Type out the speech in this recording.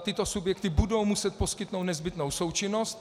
tyto subjekty budou muset poskytnout nezbytnou součinnost.